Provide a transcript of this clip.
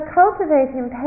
cultivating